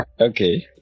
Okay